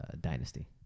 dynasty